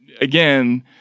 again